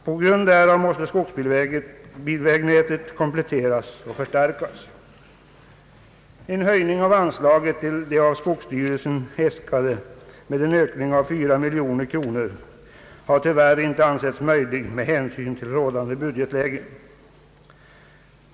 På grund därav måste skogsbilvägnätet kompletteras och förstärkas. En höjning av anslaget med 4 miljoner kronor, alltså samma höjning som skogsstyrelsen begärt, har ty värr inte ansetts möjlig med hänsyn till rådande budgetläge.